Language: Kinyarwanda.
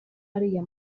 ariya